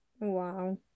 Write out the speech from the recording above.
Wow